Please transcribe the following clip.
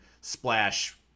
splash